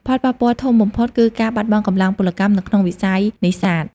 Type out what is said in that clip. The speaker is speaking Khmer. ផលប៉ះពាល់ធំបំផុតគឺការបាត់បង់កម្លាំងពលកម្មនៅក្នុងវិស័យនេសាទ។